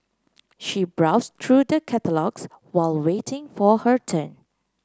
she browse through the catalogues while waiting for her turn